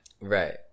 Right